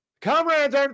Comrades